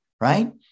right